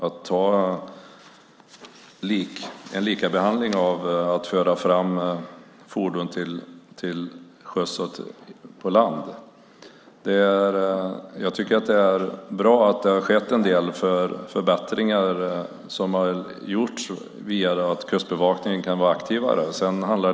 Ska man ha en likabehandling när det gäller att föra fram fordon till sjöss och på land? Jag tycker att det är bra att det har skett en del förbättringar genom att Kustbevakningen kan vara mer aktiv.